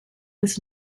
was